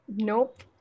nope